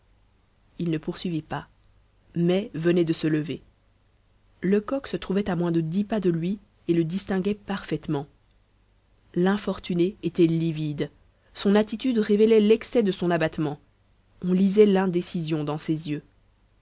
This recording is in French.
il ne poursuivit pas mai venait de se lever lecoq se trouvait à moins de dix pas de lui et le distinguait parfaitement l'infortuné était livide son attitude révélait l'excès de son abattement on lisait l'indécision dans ses yeux